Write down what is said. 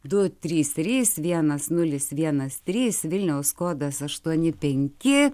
du trys trys vienas nulis vienas trys vilniaus kodas aštuoni penki